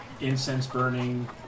incense-burning